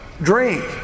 drink